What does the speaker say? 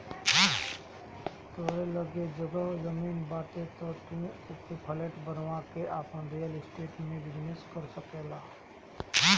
तोहरी लगे जगह जमीन बाटे तअ तू ओपे फ्लैट बनवा के आपन रियल स्टेट में बिजनेस कर सकेला